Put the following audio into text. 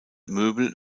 möbel